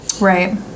Right